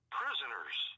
prisoners